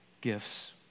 gifts